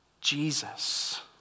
jesus